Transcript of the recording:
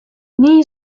nii